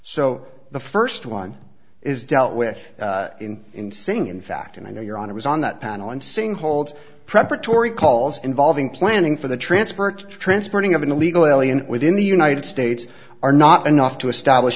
so the first one is dealt with in saying in fact and i know your honor was on that panel and saying hold preparatory calls involving planning for the transfer transporting of an illegal alien within the united states are not enough to establish